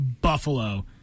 Buffalo